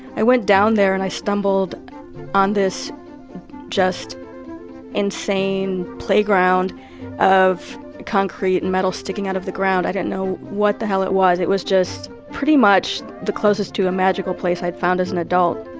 i went down there and i stumbled on this just insane playground of concrete and metal sticking out of the ground. i didn't know what the hell it was, it was just pretty much the closest to a magical place i'd found as an adult.